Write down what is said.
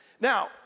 Now